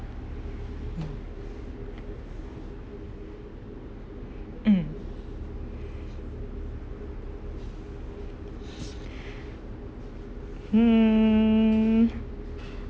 mm mm